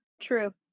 True